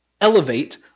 elevate